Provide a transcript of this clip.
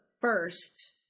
first